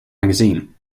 magazine